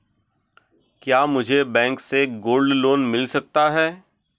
क्या मुझे बैंक से गोल्ड लोंन मिल सकता है?